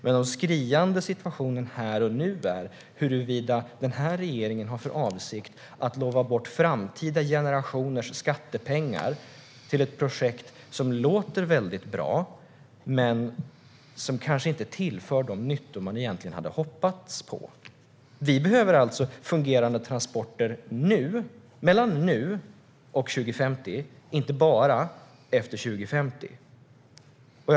Men den skriande situationen här och nu gäller huruvida den här regeringen har för avsikt att lova bort framtida generationers skattepengar till ett projekt som låter väldigt bra men som kanske inte tillför de nyttor man egentligen hade hoppats på. Vi behöver fungerande transporter även nu och fram till 2050, inte bara efter 2050.